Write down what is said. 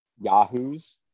yahoos